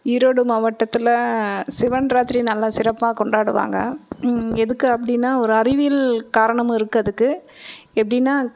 ஈரோடு மாவட்டத்தில் சிவன்ராத்திரி நல்லா சிறப்பாக கொண்டாடுவாங்க எதுக்கு அப்படின்னா ஒரு அறிவியல் காரணமும் இருக்கு அதுக்கு எப்படின்னா